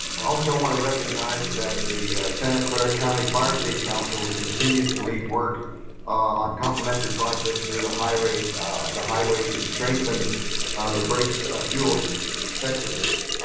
i also wanna recognize that the santa clara county firesafe council will continue to lead work on complimentary projects near the highway the highway to strengthen the brakes ah fuel effectiveness.